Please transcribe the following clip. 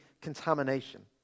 contamination